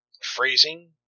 Phrasing